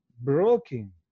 broken